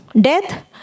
death